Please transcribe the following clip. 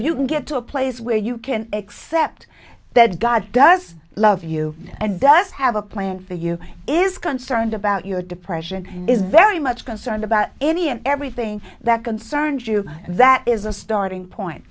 you can get to a place where you can accept that god does love you and does have a plan for you is concerned about your depression is very much concerned about any and everything that concerns you that is a starting point